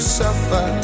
suffer